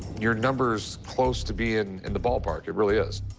your number's close to being in the ballpark. it really is.